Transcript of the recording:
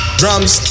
drums